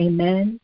Amen